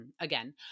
again